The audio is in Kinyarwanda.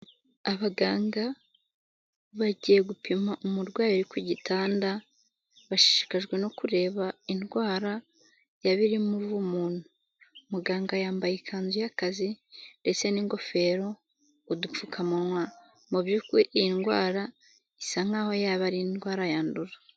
Abaganga bagiye gupima umurwayi ku gitanda bashishikajwe no kureba indwara yaba iri muri uwo muntu, muganga yambaye ikanzu y'akazi ndetse n'ingofero udupfukamunwa mu by'ukuri iyi ndwara isa nkaho yaba ari indwara yandura.